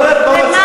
למה?